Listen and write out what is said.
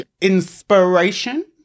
inspiration